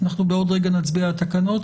אנחנו בעוד רגע נצביע על התקנות,